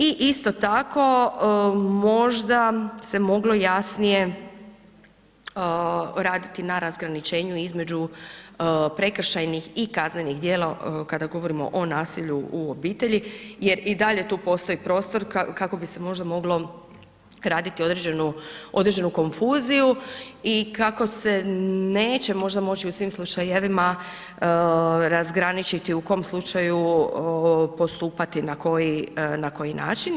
I isto tako možda se moglo jasnije raditi na razgraničenju između prekršajnih i kaznenih djela kada govorimo o nasilju u obitelji jer i dalje tu postoji prostor kako bi se možda moglo graditi određenu konfuziju i kako se neće možda moći u svim slučajevima razgraničiti u kom slučaju postupati na koji način.